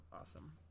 awesome